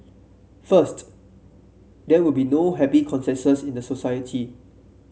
first there will be no happy consensus in the society